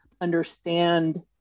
understand